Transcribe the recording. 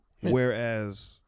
whereas